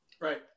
Right